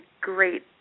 great